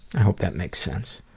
i hope that makes sense.